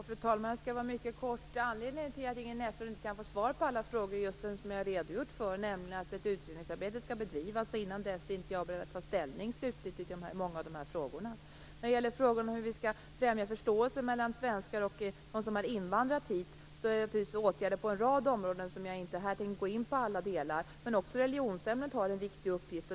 Fru talman! Jag skall fatta mig mycket kort. Anledningen till att Ingrid Näslund inte kan få svar på alla frågor är just den som jag har redogjort för, nämligen att ett utredningsarbete skall bedrivas. Innan dess är jag inte beredd att ta ställning slutgiltigt i många av dessa frågor. Ingrid Näslund frågar hur vi skall främja förståelsen mellan svenskar och dem som invandrat till Sverige. Det sker genom åtgärder på en rad områden som jag inte här tänker gå in på. Också religionsämnet har en viktig uppgift.